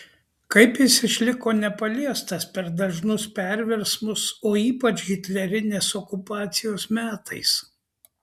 kaip jis išliko nepaliestas per dažnus perversmus o ypač hitlerinės okupacijos metais